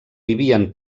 vivien